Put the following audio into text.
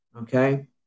okay